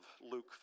Luke